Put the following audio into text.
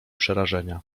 przerażenia